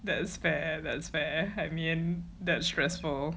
that is fair that's fair I mean that's stressful